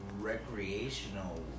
Recreational